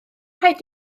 rhaid